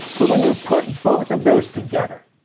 but when you put both of those together,